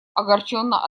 огорченно